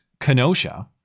Kenosha